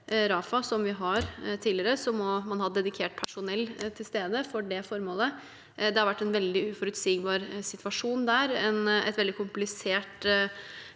som vi har gjort tidligere, må man ha dedikert personell til stede for det formålet. Det har vært en veldig uforutsigbar situasjon der, et veldig komplisert